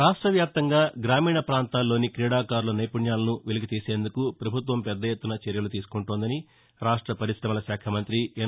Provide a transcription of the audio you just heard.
రాష్ట వ్యాప్తంగా గ్రామీణ పాంతాల్లోని క్రీడాకారుల నైపుణ్యాలను వెలికితీసేందుకు పభుత్వం పెద్ద ఎత్తున చర్యలు తీసుకుంటోందని రాష్ట పరిశమల శాఖ మంతి ఎన్